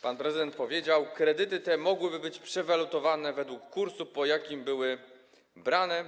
Pan prezydent powiedział: Kredyty te mogłyby być przewalutowane według kursu, po jakim były brane.